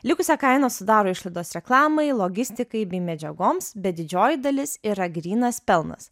likusią kainą sudaro išlaidos reklamai logistikai bei medžiagoms bet didžioji dalis yra grynas pelnas